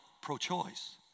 pro-choice